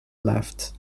left